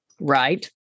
Right